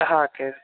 हा कैश